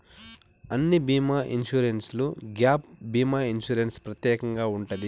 అన్ని బీమా ఇన్సూరెన్స్లో గ్యాప్ భీమా ఇన్సూరెన్స్ ప్రత్యేకంగా ఉంటది